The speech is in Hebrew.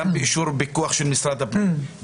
גם באישור ופיקוח של משרד הפנים,